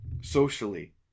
socially